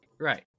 Right